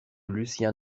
lucien